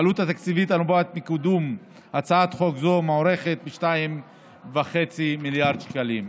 העלות התקציבית הנובעת מקידום הצעת חוק זו מוערכת ב-2.5 מיליארד שקלים.